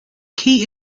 key